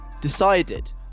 Decided